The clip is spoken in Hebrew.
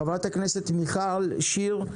חברת הכנסת מיכל שיר,